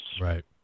Right